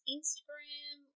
Instagram